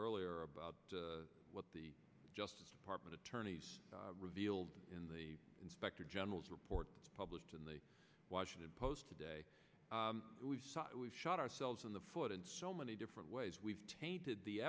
earlier about what the justice department attorneys revealed in the inspector general's report published in the washington post today we shot ourselves in the foot in so many different ways we've tainted the